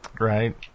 Right